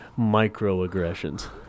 microaggressions